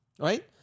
Right